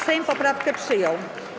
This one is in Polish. Sejm poprawkę przyjął.